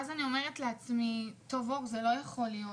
אמרתי לעצמי: טוב, אור, זה לא יכול להיות.